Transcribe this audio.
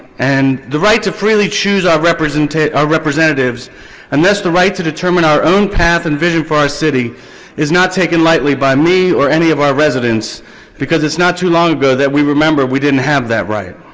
and the right to freely choose our representatives our representatives and yes, the right to determine our own path and vision for our city is not taken lightly by me or any of our residents because it's not too long ago that we remember we didn't have that right.